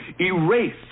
erase